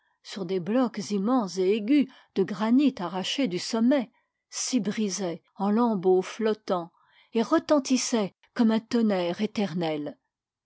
sur des blocs immenses et aigus de granit arrachés du sommet s'y brisait en lambeaux flottans et retentissait comme un tonnerre éternel